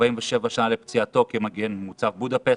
ימלאו 47 שנה לפציעתו כמגן במוצב בודפשט,